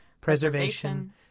preservation